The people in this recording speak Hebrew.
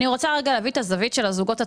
אני רוצה רגע להביא את הזוגות הצעירים,